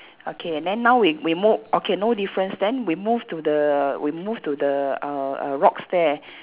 okay then now we we mo~ okay no difference then we move to the we move to the err err rocks there